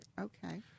okay